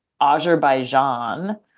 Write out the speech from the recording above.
Azerbaijan